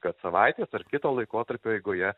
kad savaitės ar kito laikotarpio eigoje